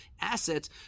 assets